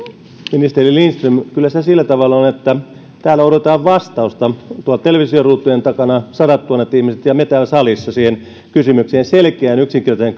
ministeri lindström kyllä se sillä tavalla on että täällä odotetaan vastausta tuolla televisioruutujen takana sadattuhannet ihmiset ja me täällä salissa siihen kysymykseen selkeän yksinkertaiseen